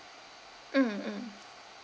mm mm